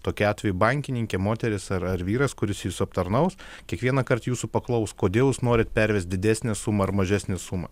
tokiu atveju bankininkė moteris ar ar vyras kuris jus aptarnaus kiekvienąkart jūsų paklaus kodėl jūs norit pervest didesnę sumą ar mažesnę sumą